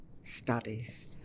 studies